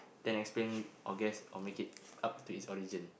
then explain or guess or make it up to its origin